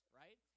right